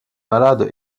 malades